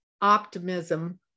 optimism